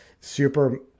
super